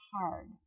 hard